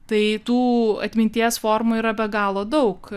tai tų atminties formų yra be galo daug